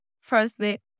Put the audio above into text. Firstly